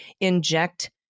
inject